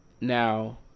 Now